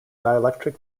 dielectric